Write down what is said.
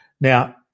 Now